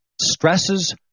Stresses